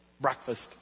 breakfast